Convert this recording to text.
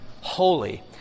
holy